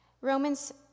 Romans